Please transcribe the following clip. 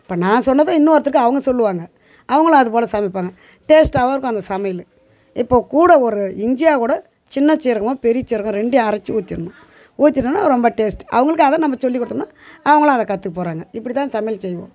இப்போ நான் சொன்னதை இன்னொருத்தருக்கு அவங்க சொல்லுவாங்க அவர்களும் அது போல சமைப்பாங்க டேஸ்டாகவும் இருக்கும் அந்த சமையல் இப்போ கூட ஒரு இஞ்சி கூட சின்ன சீரகமும் பெரிய சீரகம் ரெண்டையும் அரைச்சு ஊற்றிடணும் ஊற்றிட்டோனா ரொம்ப டேஸ்ட் அவர்களுக்கும் அதை நம்ப சொல்லிக்கொடுத்தோம்னா அவர்களும் அதை கற்றுக்க போகிறாங்க இப்படி தான் சமையல் செய்வோம்